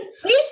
please